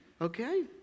okay